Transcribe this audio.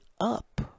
up